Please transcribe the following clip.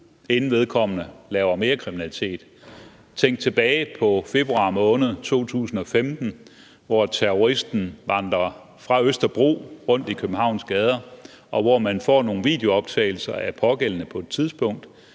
inden vedkommende lavede mere kriminalitet. Tænk tilbage på februar måned 2015, hvor terroristen vandrer fra Østerbro rundt i Københavns gader, og hvor man får nogle videooptagelser af pågældende på et tidspunkt,